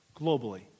globally